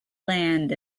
land